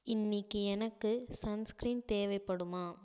இன்றைக்கு எனக்கு sunscreen தேவைப்படுமா